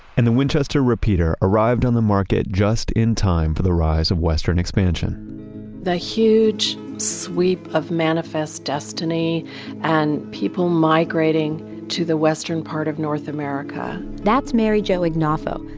and the winchester repeater arrived on the market just in time for the rise of western expansion the huge sweep of manifest destiny and people migrating to the western part of north america that's mary jo ignoffo,